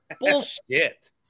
bullshit